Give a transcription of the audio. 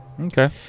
Okay